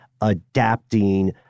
adapting